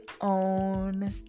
own